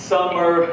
Summer